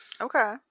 Okay